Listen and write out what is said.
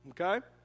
okay